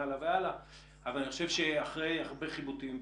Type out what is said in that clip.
חושב שאחרי הרבה חיבוטים,